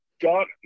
got